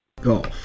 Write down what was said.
golf